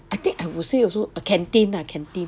I think I would say also a canteen ah a canteen